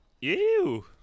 Ew